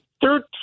Thirteen